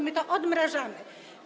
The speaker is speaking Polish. My to odmrażamy.